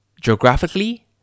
Geographically